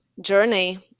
journey